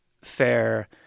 fair